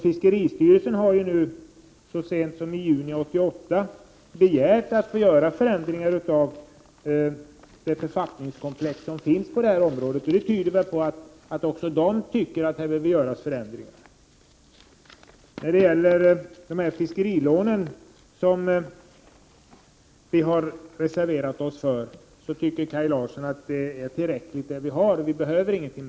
Fiskeristyrelsen har så sent som i juni 1988 begärt att få göra förändringar i det författningskomplex som finns på området. Det tyder på att den också tycker att här behövs förändringar. När det gäller de fiskerilån som vi har reserverat oss för tycker Kaj Larsson att det är bra som det är nu, vi behöver inget mer.